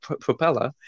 propeller